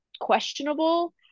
questionable